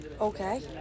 Okay